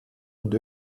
und